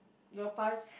your past